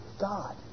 God